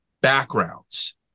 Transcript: backgrounds